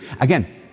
Again